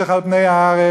החושך על פני הארץ,